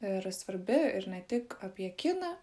ir svarbi ir ne tik apie kiną